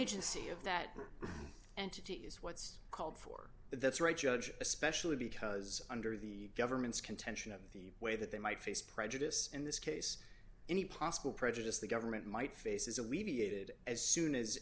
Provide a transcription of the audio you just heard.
agency of that group and to is what's called for that's right judge especially because under the government's contention of the way that they might face prejudice in this case any possible prejudice the government might face is alleviated as soon as